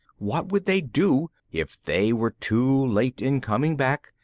what would they do if they were too late in coming back,